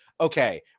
Okay